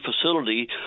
facility